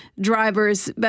drivers